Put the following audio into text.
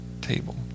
table